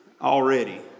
already